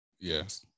Yes